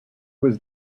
was